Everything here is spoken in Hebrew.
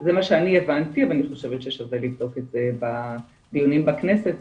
זה מה שאני הבנתי אבל אני חושבת ששווה לבדוק את זה בדיונים בכנסת,